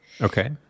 Okay